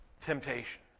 temptation